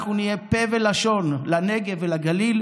אנחנו נהיה פה ולשון לנגב ולגליל